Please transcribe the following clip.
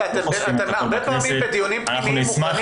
--- הרבה פעמים בדיונים פנימיים אתם מוכנים